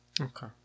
Okay